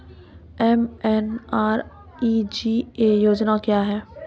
MNREGA योजना क्या हैं?